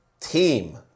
team